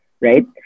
right